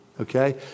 Okay